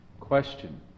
Question